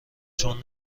چون